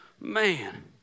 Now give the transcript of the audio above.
man